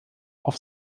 auf